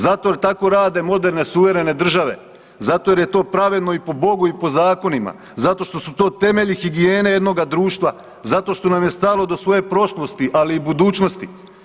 Zato jer tako rade moderne suverene države, zato jer je to pravedno i po Bogu i po zakonima, zato što su to temelji higijene jednoga društva, zato što nam je stalo do svoje prošlosti ali i budućnosti.